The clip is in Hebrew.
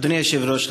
אדוני היושב-ראש,